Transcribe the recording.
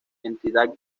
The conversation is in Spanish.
entidad